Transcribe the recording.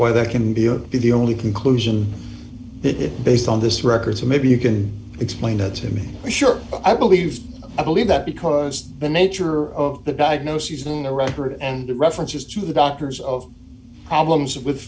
why they can be the only conclusion that it based on this record so maybe you can explain that to me sure i believe i believe that because the nature of the diagnoses in the record and references to the doctors of problems with